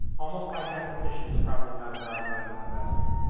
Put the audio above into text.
almost by definition is probably not a value-added investor,